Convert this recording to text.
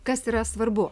kas yra svarbu